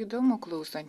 įdomu klausant